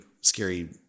scary